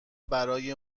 برای